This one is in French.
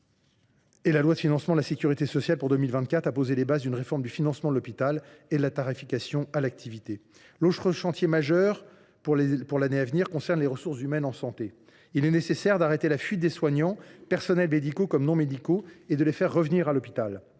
La loi de financement de la sécurité sociale pour 2024 a posé les bases d’une réforme du financement de l’hôpital et de la tarification à l’activité. L’autre chantier majeur pour l’année à venir concerne les ressources humaines en santé. Il est nécessaire d’arrêter la fuite des soignants, personnels médicaux comme non médicaux, et de les faire revenir à l’hôpital.